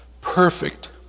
Perfect